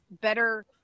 better